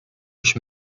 ich